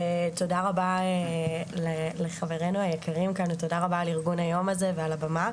תודה רבה לחברינו היקרים כאן ותודה רבה על ארגון היום הזה ועל הבמה,